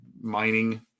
mining